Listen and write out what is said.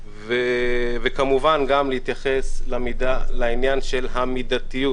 וכמובן גם להתייחס לעניין של המידתיות,